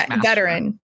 veteran